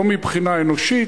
לא מבחינה אנושית,